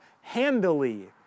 handily